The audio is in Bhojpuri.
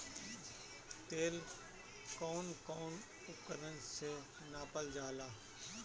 तेल कउन कउन उपकरण से नापल जाला?